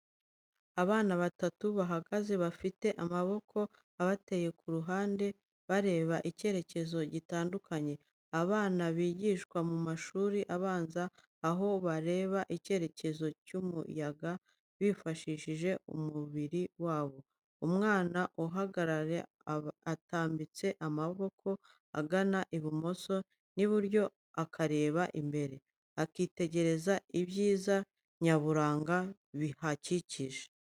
Abana batatu bahagaze, bafite amaboko abateye ku ruhande, bareba icyerekezo gitandukanye. Abana bigishwa mu mashuri abanza, aho bareba icyerekezo cy'umuyaga bifashishije umubiri wabo. Umwana ahagarara atambitse amaboko agana ibumoso n'iburyo akareba imbere. Akitegereza ibyiza nyaburanga bihakikije.